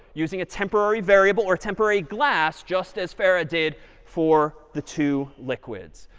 using a temporary variable or temporary glass, just as farrah did for the two liquids.